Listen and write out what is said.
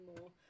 more